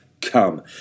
come